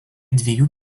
dviejų